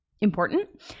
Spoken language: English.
important